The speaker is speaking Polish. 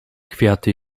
kwiaty